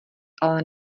ale